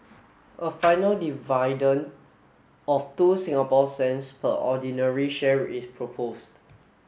a final dividend of two Singapore cents per ordinary share is proposed